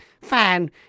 fine